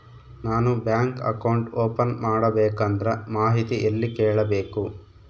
ನಾನು bank account open ಮಾಡಬೇಕಂದ್ರ ಮಾಹಿತಿ ಎಲ್ಲಿ ಕೇಳಬೇಕು?